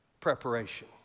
preparation